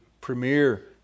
premier